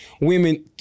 women